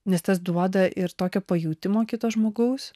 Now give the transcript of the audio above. nes tas duoda ir tokio pajautimo kito žmogaus